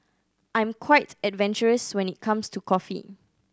I'm quite adventurous when it comes to coffee